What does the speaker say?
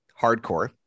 Hardcore